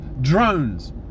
drones